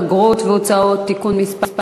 אגרות והוצאות (תיקון מס'